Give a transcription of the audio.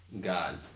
God